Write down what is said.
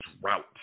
drought